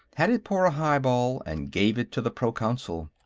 had it pour a highball, and gave it to the proconsul.